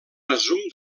resum